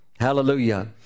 Hallelujah